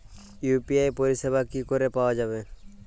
UPI পরিষেবা কি করে পাওয়া যাবে?